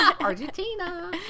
Argentina